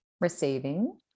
receiving